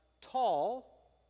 tall